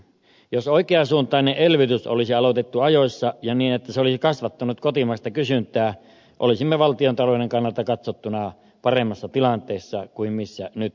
jos oikean suuntainen elvytys olisi aloitettu ajoissa ja niin että se olisi kasvattanut kotimaista kysyntää olisimme valtiontalouden kannalta katsottuna paremmassa tilanteessa kuin missä nyt olemme